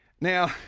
Now